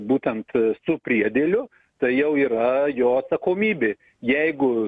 būtent su priedėliu tai jau yra jo atsakomybė jeigu